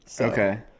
Okay